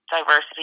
diversity